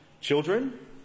Children